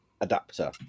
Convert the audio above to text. adapter